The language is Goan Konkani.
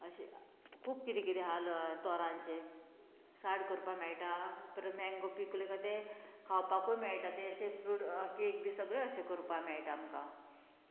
अशें खूब कितें कितें हाल तोरांचे साड करपा मेळटा परत मँगो पिकले काय ते खावपाकूय मेळटा ते अशे फ्रूट केक बी सगळे अशे करपाक मेळटा आमकां